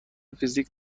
فیزیک